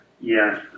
Yes